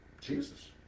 Jesus